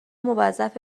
موظف